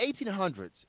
1800s